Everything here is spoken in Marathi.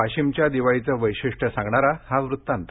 वाशिमच्या दिवाळीचं वैशिष्ट्य सांगणारा हा वृत्तांत